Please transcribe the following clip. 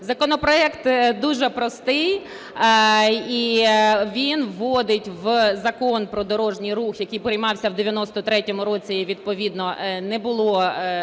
Законопроект дуже простий і він вводить у Закон "Про дорожній рух", який приймався в 93-му році і відповідно не було тоді на